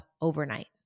overnight